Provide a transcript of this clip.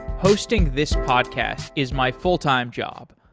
hosting this podcast is my full-time job,